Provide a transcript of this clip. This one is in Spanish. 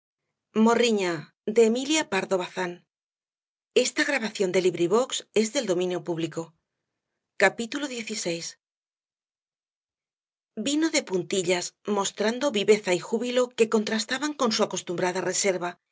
latir xvi vino en puntillas mostrando viveza y júbilo que contrastaban con su acostumbrada reserva y